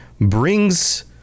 brings